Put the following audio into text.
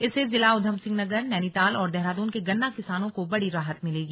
इससे जिला ऊधम सिंह नगर नैनीताल और देहरादून के गन्ना किसानों को बड़ी राहत मिलेगी